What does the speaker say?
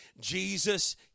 Jesus